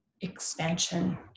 expansion